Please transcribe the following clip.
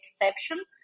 exception